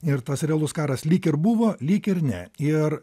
ir tas realus karas lyg ir buvo lyg ir ne ir